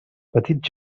petits